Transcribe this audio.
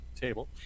table